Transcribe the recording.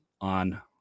on